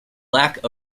lack